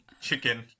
chicken